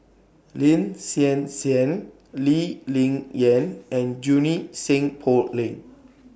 Lin Hsin Hsin Lee Ling Yen and Junie Sng Poh Leng